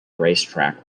racetrack